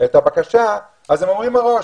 אז הם אומרים מראש,